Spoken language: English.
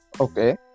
Okay